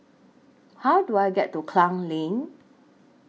How Do I get to Klang Lane